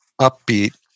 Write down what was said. upbeat